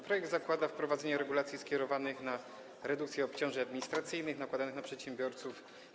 Projekt zakłada wprowadzenie regulacji skierowanych na redukcję obciążeń administracyjnych nakładanych na przedsiębiorców.